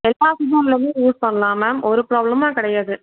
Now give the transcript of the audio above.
எல்லா சீசன்லையுமே இதை யூஸ் பண்ணலாம் மேம் ஒரு ப்ராப்ளமும் கிடையாது